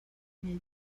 medios